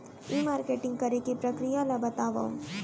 ई marketing करे के प्रक्रिया ला बतावव?